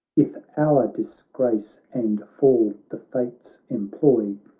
if our disgrace and fall the fates employ,